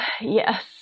yes